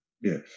Yes